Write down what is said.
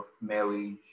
marriage